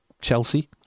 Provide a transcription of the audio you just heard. Chelsea